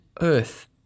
Earth